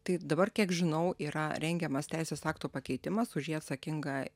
tai dabar kiek žinau yra rengiamas teisės akto pakeitimas už jį atsakinga